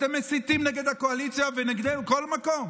אתם מסיתים נגד הקואליציה ונגדנו בכל מקום.